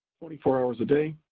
twenty four hours a day,